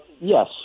Yes